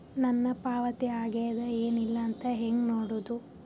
ನನ್ನ ಪಾವತಿ ಆಗ್ಯಾದ ಏನ್ ಇಲ್ಲ ಅಂತ ಹೆಂಗ ನೋಡುದು?